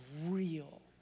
real